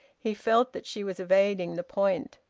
he felt that she was evading the point.